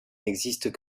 n’existe